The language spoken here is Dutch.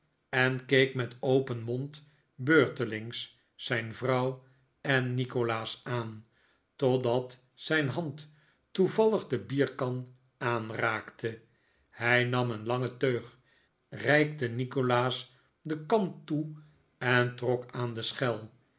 en keek met een open mond beurtelings zijn vrouw en nikolaas aan totdat zijn hand toevallig de bierkan aanraakte hij nam een lange teug reikte nikolaas de kan toe en trok aan de schel